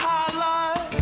Hotline